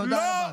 תודה רבה.